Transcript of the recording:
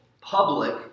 public